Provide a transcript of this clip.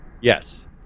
Yes